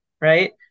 right